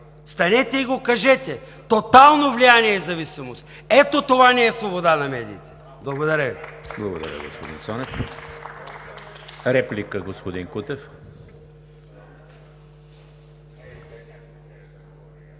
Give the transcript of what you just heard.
Станете и го кажете! Тотално влияние и зависимост. Ето това не е свобода на медиите! Благодаря